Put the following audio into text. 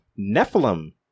Nephilim